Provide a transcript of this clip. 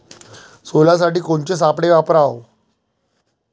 सोल्यासाठी कोनचे सापळे वापराव?